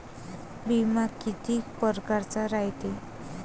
बिमा कितीक परकारचा रायते?